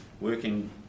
working